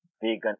vegan